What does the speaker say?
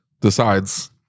decides